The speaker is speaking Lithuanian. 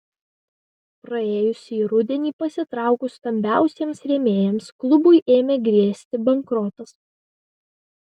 praėjusį rudenį pasitraukus stambiausiems rėmėjams klubui ėmė grėsti bankrotas